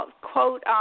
quote